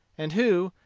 and who,